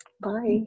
Bye